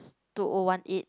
two O one eight